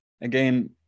Again